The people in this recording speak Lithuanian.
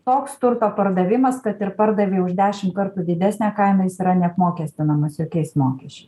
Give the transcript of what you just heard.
toks turto pardavimas kad ir pardavei už dešim kartų didesnę kainą jis yra neapmokestinamas jokiais mokesčiai